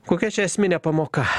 kokia čia esminė pamoka